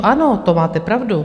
Ano, to máte pravdu.